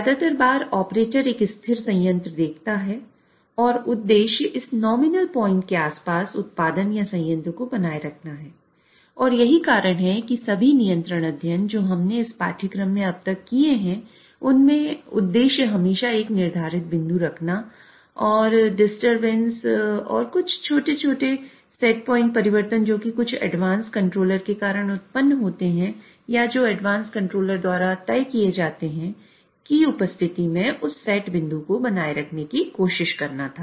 ज्यादातर बार ऑपरेटर एक स्थिर संयंत्र देखता है और उद्देश्य इस नॉमिनल पॉइंट द्वारा तय किए जाते हैं की उपस्थिति में उस सेट बिंदु को बनाए रखने की कोशिश करना था